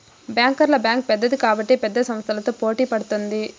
బ్యాంకర్ల బ్యాంక్ పెద్దది కాబట్టి పెద్ద సంస్థలతో పోటీ పడుతుంది